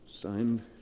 Signed